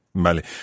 Vale